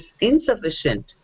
insufficient